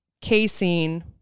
casein